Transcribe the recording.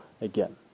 again